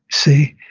see.